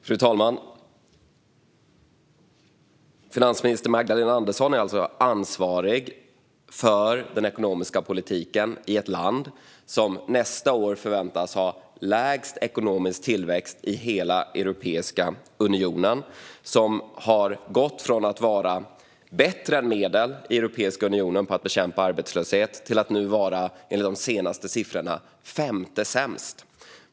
Fru talman! Finansminister Magdalena Andersson är alltså ansvarig för den ekonomiska politiken i ett land som nästa år förväntas ha lägst ekonomisk tillväxt i hela Europeiska unionen, ett land som har gått från att vara bättre än medel i Europeiska unionen på att bekämpa arbetslöshet till att nu, enligt de senaste siffrorna, vara femte sämst.